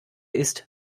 ist